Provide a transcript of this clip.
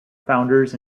founders